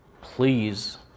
please